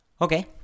Okay